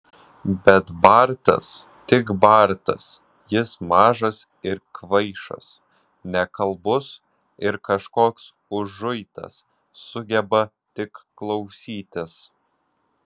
bet bartas tik bartas jis mažas ir kvaišas nekalbus ir kažkoks užuitas sugeba tik klausytis